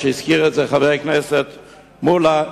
הזכיר את זה חבר הכנסת מולה,